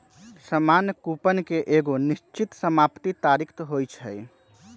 सामान्य कूपन के एगो निश्चित समाप्ति तारिख होइ छइ